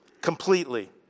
completely